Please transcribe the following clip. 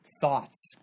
thoughts